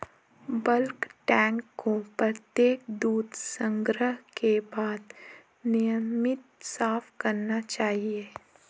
bulk tank को प्रत्येक दूध संग्रह के बाद नियमित साफ करना चाहिए